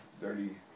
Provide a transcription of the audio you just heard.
dirty